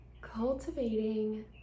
Cultivating